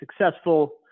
successful